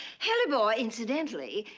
hellebore, incidentally,